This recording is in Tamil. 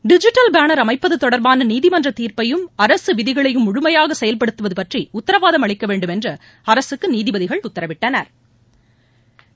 டிஜிட்டல் பேன் அமைப்பது தொடர்பான நீதிமன்ற தீர்ப்பையும் அரசு விதிகளையும் முழுமையாக செயல்படுத்துவது பற்றி உத்தரவாதம் அளிக்க வேண்டுமென்று அரசுக்கு நீதிபதிகள் உத்தரவிட்டனா்